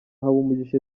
habumugisha